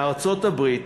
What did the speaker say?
בארצות-הברית,